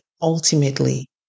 ultimately